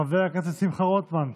חבר הכנסת שמחה רוטמן,